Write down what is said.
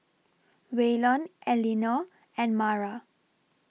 Waylon Elinor and Mara